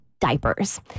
diapers